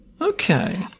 Okay